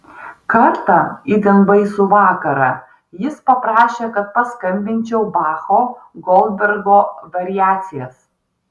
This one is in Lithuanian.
kartą itin baisų vakarą jis paprašė kad paskambinčiau bacho goldbergo variacijas